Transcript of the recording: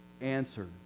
answer